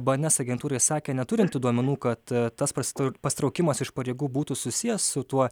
bns agentūrai sakė neturinti duomenų kad tas pasi pasitraukimas iš pareigų būtų susijęs su tuo